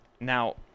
Now